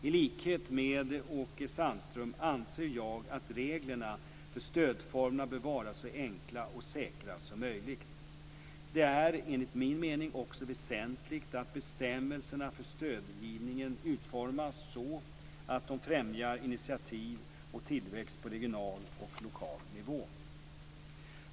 I likhet med Åke Sandström anser jag att reglerna för stödformerna bör vara så enkla och säkra som möjligt. Det är enligt min mening också väsentligt att bestämmelserna för stödgivningen utformas så att de främjar initiativ och tillväxt på regional och lokal nivå.